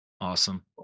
Awesome